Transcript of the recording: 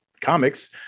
comics